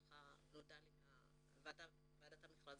כך נודע לי מוועדת המכרזים.